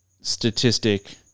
statistic